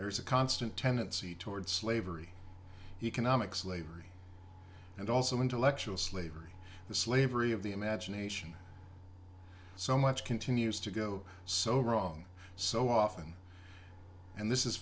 there is a constant tendency toward slavery economic slavery and also intellectual slavery the slavery of the imagination so much continues to go so wrong so often and this is